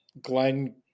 Glenn